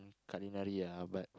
culinary ah but